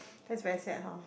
that's very sad hor